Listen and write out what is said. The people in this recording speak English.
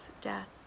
death